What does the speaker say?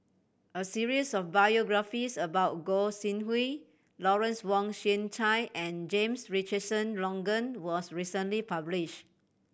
a series of biographies about Gog Sing Hooi Lawrence Wong Shyun Tsai and James Richardson Logan was recently published